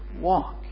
walk